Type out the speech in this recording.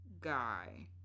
guy